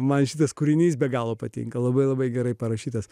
man šitas kūrinys be galo patinka labai labai gerai parašytas